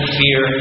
fear